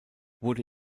wurde